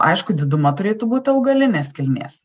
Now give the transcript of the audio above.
aišku diduma turėtų būti augalinės kilmės